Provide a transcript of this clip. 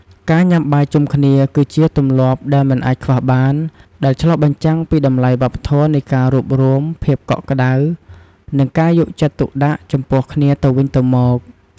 ការញ៉ាំបាយជុំគ្នាគឺជាទម្លាប់ដែលមិនអាចខ្វះបាន ដែលឆ្លុះបញ្ចាំងពីតម្លៃវប្បធម៌នៃការរួបរួម ភាពកក់ក្ដៅ និងការយកចិត្តទុកដាក់ចំពោះគ្នាទៅវិញទៅមក។